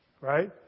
Right